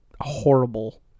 horrible